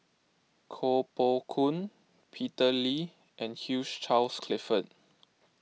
Koh Poh Koon Peter Lee and Hugh Charles Clifford